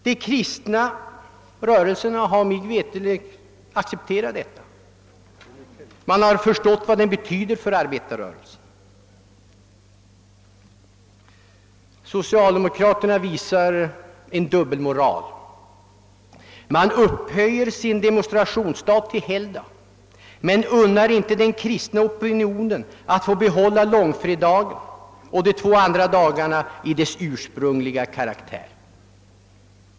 De kristna rörelserna har mig veterligt accepterat denna; man har förstått vad den betyder för arbetarrörelsen. Socialdemokraterna visar en dubbelmoral. De upphöjer sin demonstrationsdag till helgdag men unnar inte den kristna opinionen att få behålla långfredagen och de två andra helgdagarna i deras ursprungliga karaktär.